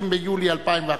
20 ביולי 2011,